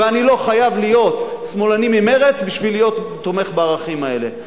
ואני לא חייב להיות שמאלני ממרצ בשביל להיות תומך בערכים האלה,